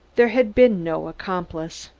there had been no accomplice.